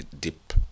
deep